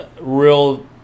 real